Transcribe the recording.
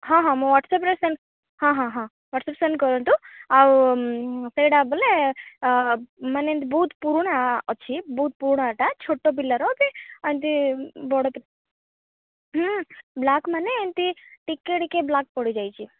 ହଁ ହଁ ମୋ ହ୍ଵାଟ୍ସଅପରେ ହଁ ହଁ ହଁ ହ୍ଵାଟ୍ସଅପରେ ସେଣ୍ଡ କରନ୍ତୁ ଆଉ ସେଇଟା ବୋଲେ ମାନେ ଏମିତି ବହୁତ ପୁରୁଣା ଅଛି ବହୁତ ପୁରୁଣାଟା ଛୋଟ ପିଲାର ବି ଏମିତି ବଡ଼ ବ୍ଲାକ ମାନେ ଏମିତି ଟିକେ ଟିକେ ବ୍ଲାକ ପଡ଼ିଯାଇଛି